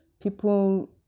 People